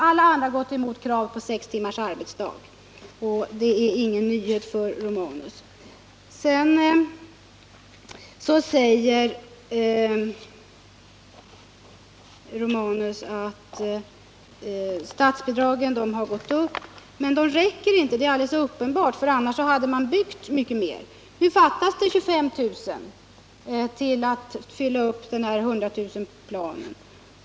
Alla andra har gått emot kravet på sex timmars arbetsdag, och det är ingen nyhet för Gabriel Romanus. Gabriel Romanus säger att statsbidragen har gått upp. Men de räcker inte — det är uppenbart. Annars hade man byggt mycket mer. Nu fattas det 25 000 platser för att uppfylla målet 100 000 nya daghemsplatser.